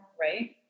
right